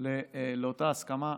לאותה הסכמה.